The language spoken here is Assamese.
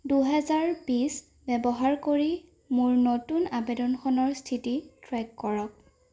দুহেজাৰ বিছ ব্যৱহাৰ কৰি মোৰ নতুন আবেদনখনৰ স্থিতি ট্ৰে'ক কৰক